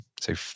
say